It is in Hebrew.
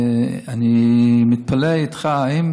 ואני מתפלא איתך: אם